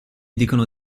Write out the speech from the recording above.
dicono